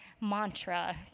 mantra